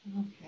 Okay